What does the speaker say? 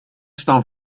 staan